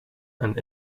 and